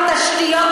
את תיתני לי?